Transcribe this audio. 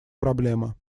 проблема